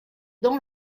dans